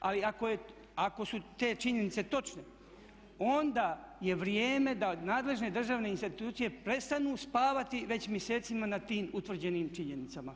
Ali ako su te činjenice točne onda je vrijeme da nadležne državne institucije prestanu spavati već mjesecima nad tim utvrđenim činjenicama.